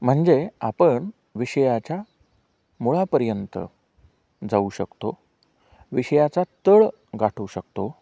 म्हणजे आपण विषयाच्या मुळापर्यंत जाऊ शकतो विषयाचा तळ गाठू शकतो